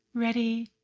ready,